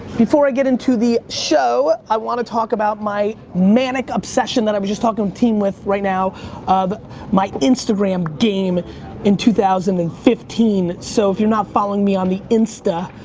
before i get into the show, i wanna talk about my manic obsession that i was just talking the team with right now of my instagram game in two thousand and fifteen. so, if you're not following me on the insta,